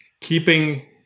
keeping